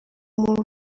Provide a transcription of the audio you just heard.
muri